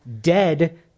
dead